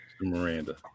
Miranda